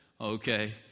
Okay